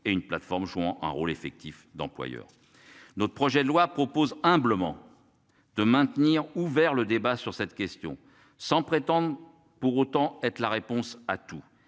et une plateforme jouant un rôle effectif d'employeur. Notre projet de loi propose humblement. De maintenir ouvert le débat sur cette question sans prétendre pour autant être la réponse à tout.